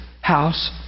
house